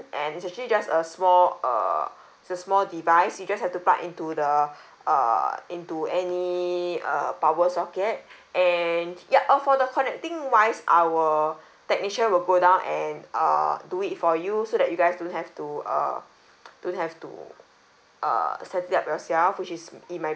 and it's actually just a small err is a small device you just have to plug into the err into any err power socket and yup oh for the connecting wise our technician will go down and uh do it for you so that you guys don't have to uh don't have to uh set it up yourself which is it might